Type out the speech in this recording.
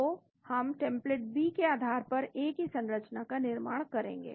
तो हम template B के आधार पर ए की संरचना का निर्माण करेंगे